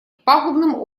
пагубным